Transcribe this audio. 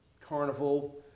carnival